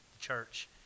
church